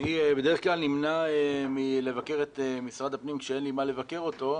אני בדרך כלל נמנע מלבקר את משרד הפנים כשאין לי מה לבקר אותו,